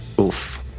Oof